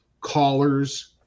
callers